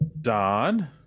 Don